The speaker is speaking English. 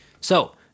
So-